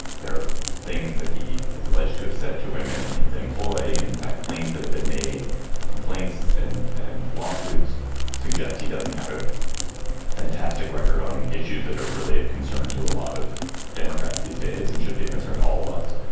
there are things that he is alleged to have said to women in his employ and in fact claims that have been made of complaints and and lawsuits suggest he doesn't have a fantastic record on issues that are really of concern to a lot of democrats these days and should be of concern to all of us.